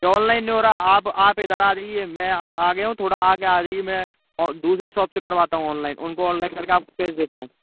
ये ओनलाइन नहीं हो रहा आप आप इधर अजाइए में अब आया गया हूँ थोड़ा आगे आजाइए में दूसरी शॉप से करवाता हूँ ओनलाइन उनको ओनलाइन करके आपको भेज देता हूँ